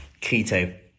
keto